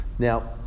Now